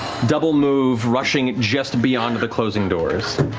double move rushing just beyond the closing doors.